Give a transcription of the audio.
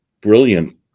brilliant